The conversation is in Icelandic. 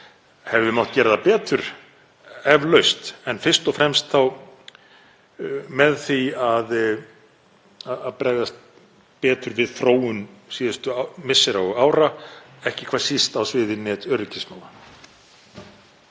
Hefði mátt gera það betur? Eflaust, en fyrst og fremst þá með því að bregðast betur við þróun síðustu missera og ára, ekki hvað síst á sviði netöryggismála.